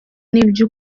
n’ibyo